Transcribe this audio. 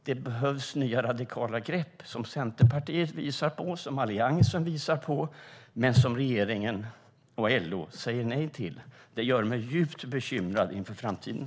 Det behövs nya, radikala grepp, som Centerpartiet och Alliansen visar på men som regeringen och LO säger nej till. Det gör mig djupt bekymrad inför framtiden.